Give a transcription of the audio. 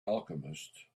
alchemist